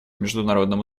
международному